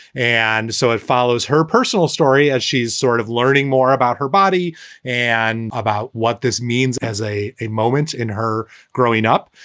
and so it follows her personal story as she's sort of learning more about her body and about what this means as a a moment in her growing up.